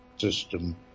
system